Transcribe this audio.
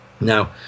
Now